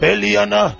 Eliana